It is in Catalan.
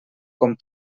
com